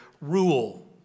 rule